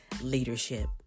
leadership